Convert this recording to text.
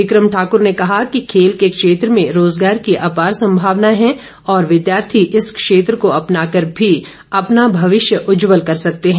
become Thakur ने कहा कि खेल के क्षेत्र में रोजगार की अपार संभावनाएं हैं और विद्यार्थी इस क्षेत्र को अपनाकर भी अपना भविष्य उज्जल कर सकते हैं